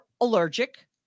allergic